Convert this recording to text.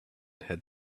had